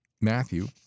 Matthew